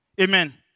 Amen